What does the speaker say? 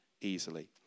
easily